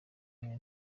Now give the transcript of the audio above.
nyine